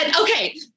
okay